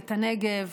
את הנגב,